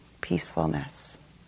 peacefulness